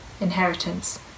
inheritance